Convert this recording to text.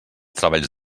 treballs